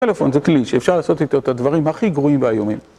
הטלפון זה כלי שאפשר לעשות איתו את הדברים הכי גרועים ואיומים